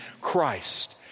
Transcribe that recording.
Christ